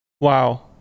Wow